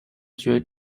大学